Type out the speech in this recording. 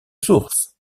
source